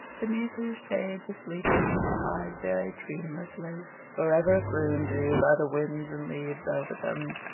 beneath whose shade the sleepers must lie very dreamlessly, forever crooned to by the winds and leaves over them,